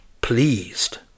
pleased